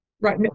Right